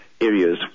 areas